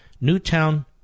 Newtown